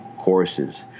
courses